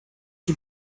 you